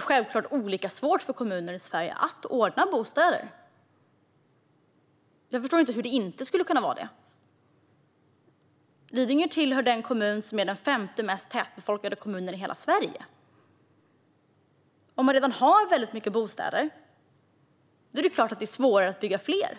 Självklart är det olika svårt för kommuner i Sverige att ordna bostäder. Jag förstår inte hur det inte skulle kunna vara det. Lidingö är den femte mest tätbefolkade kommunen i hela Sverige. Om man redan har väldigt många bostäder är det klart att det är svårare att bygga fler.